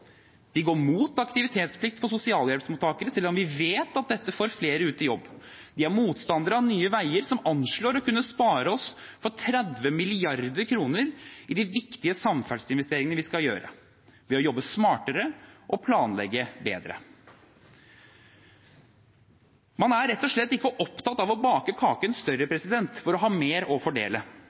De går mot aktivitetsplikt for sosialhjelpsmottakere, selv om vi vet at dette får flere ut i jobb. De er motstandere av Nye Veier, som anslår å kunne spare oss for 30 mrd. kr i de viktige samferdselsinvesteringene vi skal gjøre – ved å jobbe smartere og planlegge bedre. Man er rett og slett ikke opptatt av å bake kaken større for å ha mer å fordele,